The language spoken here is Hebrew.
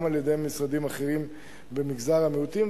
גם על-ידי משרדים אחרים במגזר המיעוטים,